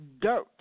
dirt